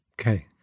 Okay